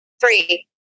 three